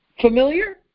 Familiar